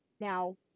Now